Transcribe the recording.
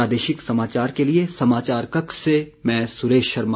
प्रादेशिक समाचार के लिए समाचार कक्ष से सुरेश शर्मा